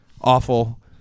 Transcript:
awful